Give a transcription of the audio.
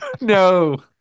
No